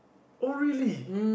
oh really